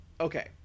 Okay